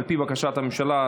על פי בקשת הממשלה,